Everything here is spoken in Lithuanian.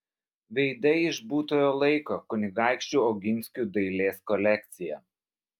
veidai iš būtojo laiko kunigaikščių oginskių dailės kolekcija